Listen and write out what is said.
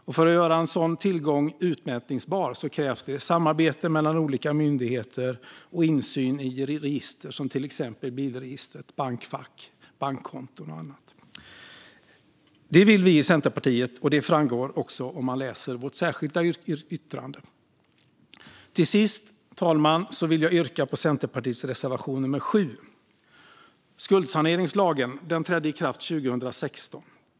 För att kunna göra en sådan tillgång utmätbar krävs det samarbete mellan olika myndigheter och insyn i register, till exempel bilregistret, samt bankfack, bankkonton och annat. Det vill vi i Centerpartiet göra, och det framgår också om man läser vårt särskilda yttrande. Till sist, fru talman, vill jag yrka bifall till Centerpartiets reservation nummer 7. Skuldsaneringslagen trädde i kraft 2016.